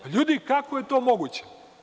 Ljudi, kako je to moguće?